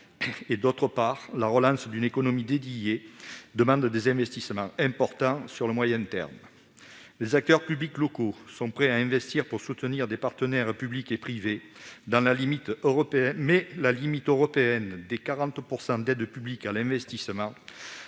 part parce que la relance d'une économie dédiée requiert des investissements importants sur le moyen terme. Les acteurs publics locaux sont prêts à investir pour soutenir des partenaires publics et privés, mais la limite européenne des 40 % d'aides publiques à l'investissement